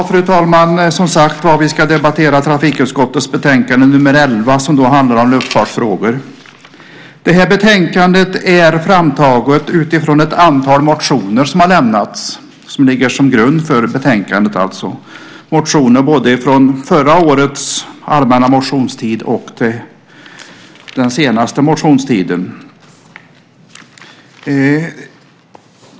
Fru talman! Vi ska debattera trafikutskottets betänkande nr 11 som handlar om luftfartsfrågor. Betänkandet är framtaget efter ett antal motioner som ligger till grund för betänkandet. Det är motioner både från förra årets allmänna motionstid och från den senaste.